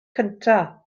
cyntaf